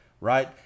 right